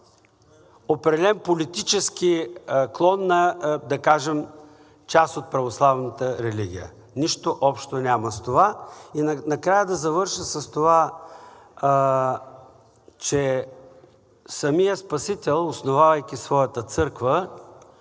определен политически клон на, да кажем, част от православната религия. Нищо общо няма с това! И накрая да завърша с това, че самият Спасител, основавайки своята църква,